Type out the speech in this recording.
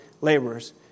laborers